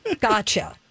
gotcha